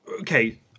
okay